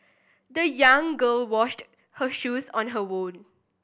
the young girl washed her shoes on her own